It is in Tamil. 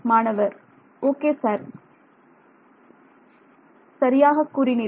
மாணவர் ஓகே சார் சரியாக கூறினீர்கள்